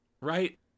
right